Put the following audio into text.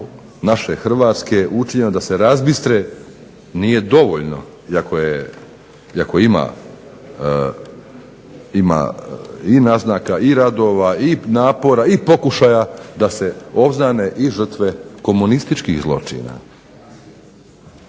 naše Hrvatske učinjeno da se razbistre, nije dovoljno iako ima i naznaka i radova i napora i pokušaja da se obznane i žrtve komunističkih zločina.